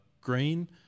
green